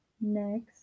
next